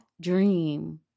dream